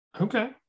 Okay